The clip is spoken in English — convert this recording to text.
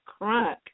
crunk